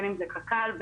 קק"ל,